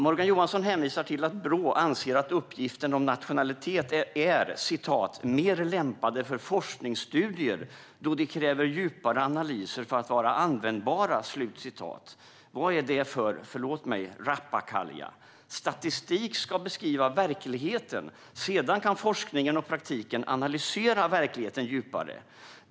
Morgan Johansson hänvisar till att Brå anser att uppgifter om nationalitet är mer lämpade för forskningsstudier, då de kräver djupare analyser för att vara användbara. Förlåt mig, men vad är detta för rappakalja? Statistik ska beskriva verkligheten. Sedan kan forskningen och praktiken analysera verkligheten djupare.